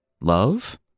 love